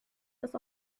das